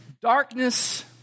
darkness